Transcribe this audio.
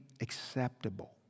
acceptable